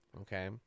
Okay